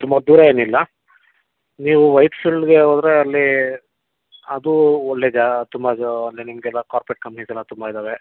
ತುಂಬ ದೂರ ಏನಿಲ್ಲ ನೀವು ವೈಟ್ಫೀಲ್ಡ್ಗೆ ಹೋದರೆ ಅಲ್ಲಿ ಅದು ಒಳ್ಳೆಯದೆ ತುಂಬ ಅಲ್ಲಿ ನಿಮಗೆಲ್ಲ ಕಾರ್ಪರೇಟ್ ಕಂಪನೀಸ್ ಎಲ್ಲ ತುಂಬ ಇದ್ದಾವೆ